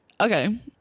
okay